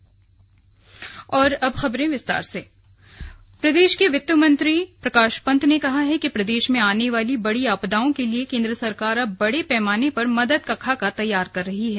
slug Prakash Pant प्रदेश के वित्त मंत्री प्रकाश पंत ने कहा है कि प्रदेश में आने वाली बड़ी आपदाओं के लिये केन्द्र सरकार अब बड़े पैमाने पर मदद का खाका तैयार कर रही है